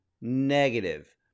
negative